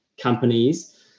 companies